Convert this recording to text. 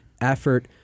effort